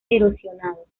erosionado